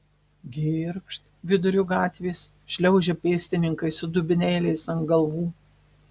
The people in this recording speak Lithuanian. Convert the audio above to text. girgžt viduriu gatvės šliaužia pėstininkai su dubenėliais ant galvų